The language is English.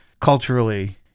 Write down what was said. culturally